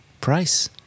price